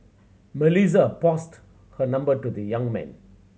Melissa passed her number to the young man